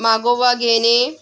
मागोवा घेणे